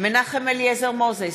מנחם אליעזר מוזס,